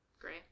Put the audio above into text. Great